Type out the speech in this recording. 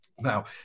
Now